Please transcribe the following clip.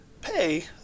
pay